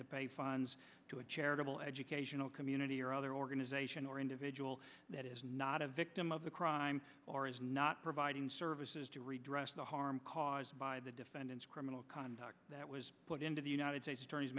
pay fines to a charitable educational community or other organization or individual that is not a victim of the crime or is not providing services to redress the harm caused by the defendant's criminal conduct that was put into the united